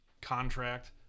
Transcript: contract